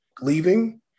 leaving